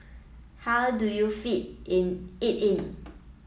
how do you fit in it in